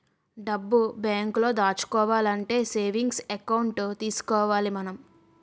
డబ్బు బేంకులో దాచుకోవాలంటే సేవింగ్స్ ఎకౌంట్ తీసుకోవాలి మనం